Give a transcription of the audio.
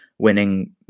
winning